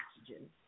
oxygen